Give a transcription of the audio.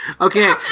Okay